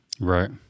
right